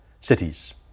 cities